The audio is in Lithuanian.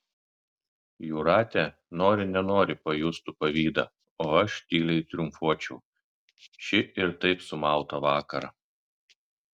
jūratė nori nenori pajustų pavydą o aš tyliai triumfuočiau šį ir taip sumautą vakarą